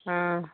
ꯑꯥ